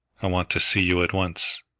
i want to see you at once.